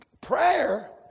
Prayer